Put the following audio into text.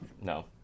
no